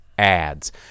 ads